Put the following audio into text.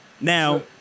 Now